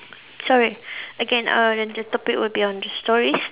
sorry again uh the topic will be on stories